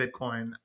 Bitcoin